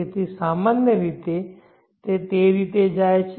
તેથી સામાન્ય રીતે તે તે રીતે જાય છે